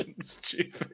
stupid